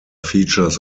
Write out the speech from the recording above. features